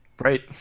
Right